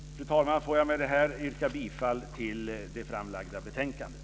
Fru talman! Låt mig med detta yrka bifall till utskottets förslag till beslut i det framlagda betänkandet.